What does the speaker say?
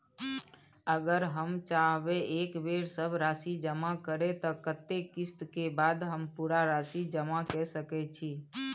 अगर हम चाहबे एक बेर सब राशि जमा करे त कत्ते किस्त के बाद हम पूरा राशि जमा के सके छि?